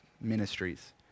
ministries